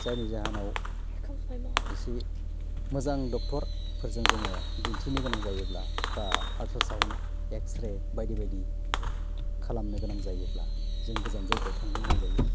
जायनि जाहोनाव एसे मोजां डक्टरफोरजों जोङो दिन्थिनो गोनां जायोब्ला बा आलट्रा साउन्द एक्सरे बायदि बायदि खालामनो गोनां जायोब्ला जों गोजान जायगायाव थांनो गोनां जायो